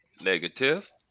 negative